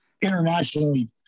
internationally